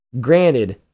granted